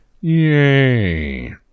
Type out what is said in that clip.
Yay